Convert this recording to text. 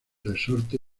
resorte